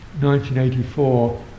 1984